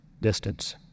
distance